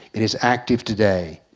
it is active today.